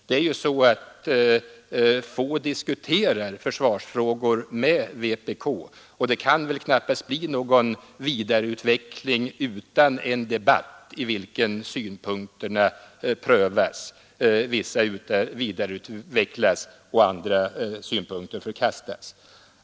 Det är ju så att få diskuterar försvarsfrågor med vpk, och det kan väl knappast bli någon vidareutveckling utan en debatt, i vilken synpunkterna prövas och vissa vidareutvecklas medan andra förkastas.